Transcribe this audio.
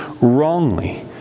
wrongly